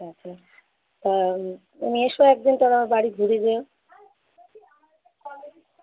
আচ্ছা তা তুমি এসো এক দিন তাহলে আমার বাড়ি ঘুরে যেও